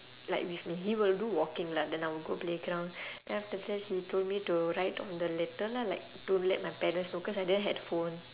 like with me he will do walking lah then I will go playground then after that he told me to write on the letter lah like to let my parents know cause I didn't had phone